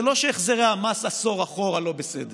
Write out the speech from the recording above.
זה לא שהחזרי המס עשור אחורה לא בסדר,